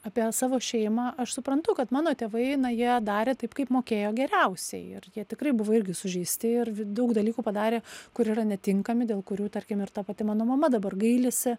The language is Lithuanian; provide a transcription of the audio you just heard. apie savo šeimą aš suprantu kad mano tėvai na jie darė taip kaip mokėjo geriausiai ir jie tikrai buvo irgi sužeisti ir v daug dalykų padarė kur yra netinkami dėl kurių tarkim ir ta pati mano mama dabar gailisi